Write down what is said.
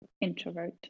Introvert